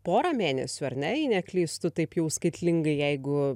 porą mėnesių ar ne jei neklystu taip jau skaitlingai jeigu